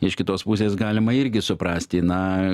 iš kitos pusės galima irgi suprasti na